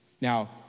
Now